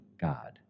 God